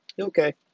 Okay